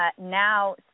now